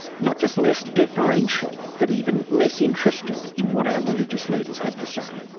not just less deferential, but even less interested in what our religious leaders have to say?